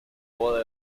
boda